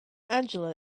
angela